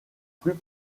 plus